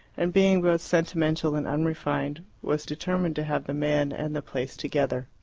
and being both sentimental and unrefined, was determined to have the man and the place together.